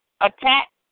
attack